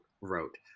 wrote